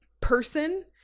person